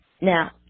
now